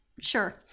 Sure